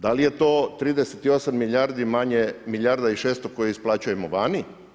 Da li je to 38 milijardi manje milijarda i 600 koje isplaćujemo vani?